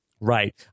right